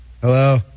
Hello